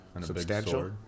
substantial